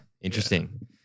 interesting